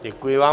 Děkuji vám.